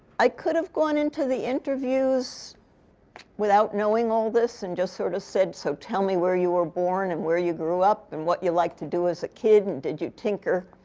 i could've gone into the interviews without knowing all this and just sort of said, so tell me where you were born and where you grew up and what you liked to do as a kid. and did you tinker?